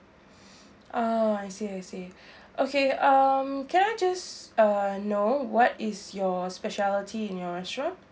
oh I see I see okay um can I just uh know what is your specialty in your restaurant